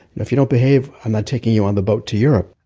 if you don't behave, i'm not taking you on the boat to europe.